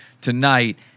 tonight